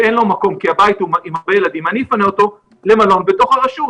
שאין לו מקום כי הבית עם הרבה ילדים אני אפנה אותו למלון בתוך הרשות.